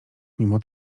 mimo